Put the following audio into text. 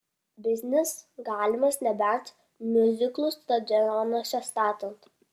biznis galimas nebent miuziklus stadionuose statant